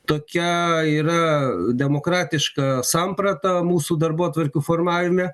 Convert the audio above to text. tokia yra demokratiška samprata mūsų darbotvarkių formavime